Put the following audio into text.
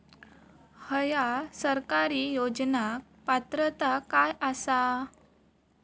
हया सरकारी योजनाक पात्रता काय आसा?